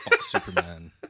Superman